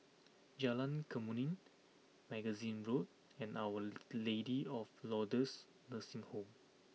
Jalan Kemuning Magazine Road and Our Lady of Lourdes Nursing Home